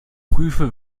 prüfe